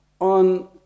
on